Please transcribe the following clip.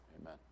amen